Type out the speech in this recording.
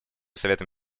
советом